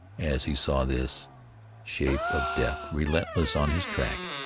as he saw this shape of death relentless on his track,